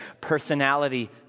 Personality